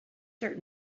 dirt